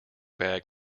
bag